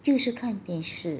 就是看电视